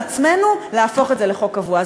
עצמנו בבואנו להפוך את זה לחוק קבוע.